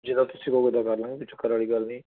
ਜਿੱਦਾਂ ਤੁਸੀਂ ਕਹੋਗੇ ਉੱਦਾਂ ਕਰ ਲਵਾਂਗੇ ਕੋਈ ਚੱਕਰ ਵਾਲੀ ਗੱਲ ਨਹੀਂ